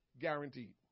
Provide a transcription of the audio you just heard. guaranteed